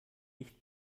nicht